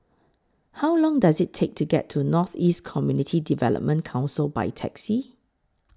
How Long Does IT Take to get to North East Community Development Council By Taxi